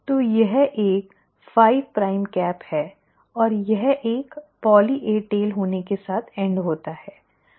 तो यह एक 5 प्राइम कैप है और यह एक पाली ए टेल होने के साथ एंड होता है